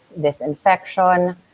disinfection